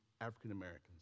African-Americans